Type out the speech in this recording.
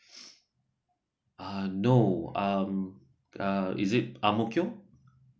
ah no um uh is it ang mo kio